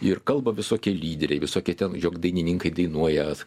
ir kalba visokie lyderiai visokie ten jog dainininkai dainuoja vat